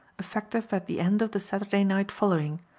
effective at the end of the saturday night following,